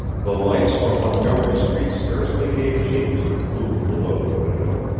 the lights from montgomery street scarcely gave shape to the gloom below the window,